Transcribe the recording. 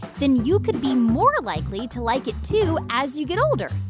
then you could be more likely to like it, too, as you get older,